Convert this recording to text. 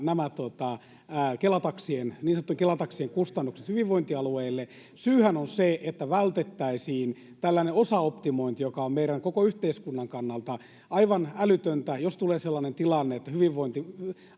Kela-taksien kustannukset hyvinvointialueille: Syyhän on se, että vältettäisiin tällainen osaoptimointi, joka on meidän koko yhteiskunnan kannalta aivan älytöntä. Jos tulee sellainen tilanne, että hyvinvointialueet